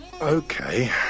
Okay